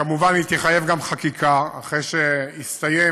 כמובן, היא תחייב גם חקיקה אחרי שהגיבוש יסתיים.